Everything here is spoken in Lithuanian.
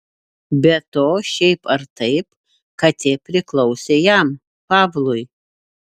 be to šiaip ar taip katė priklausė jam pavlui